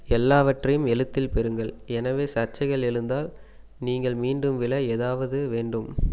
எல்லாவற்றையும் எழுத்தில் பெறுங்கள் எனவே சர்ச்சைகள் எழுந்தால் நீங்கள் மீண்டும் விழ ஏதாவது வேண்டும்